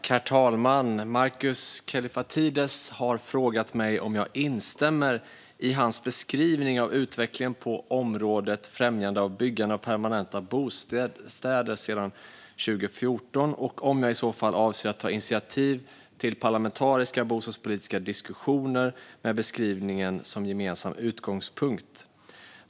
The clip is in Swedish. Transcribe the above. Herr talman! Markus Kallifatides har frågat mig om jag instämmer i hans beskrivning av utvecklingen på området främjande av byggande av permanenta bostäder sedan 2014 och om jag i så fall avser att ta initiativ till parlamentariska bostadspolitiska diskussioner med beskrivningen som gemensam utgångspunkt.